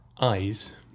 eyes